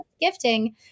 gifting